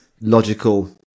logical